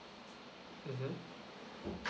mmhmm